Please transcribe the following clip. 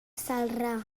celrà